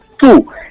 Two